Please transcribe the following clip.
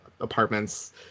apartments